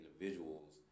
individuals